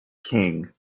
king